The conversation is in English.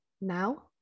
now